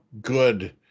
good